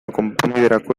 konponbiderako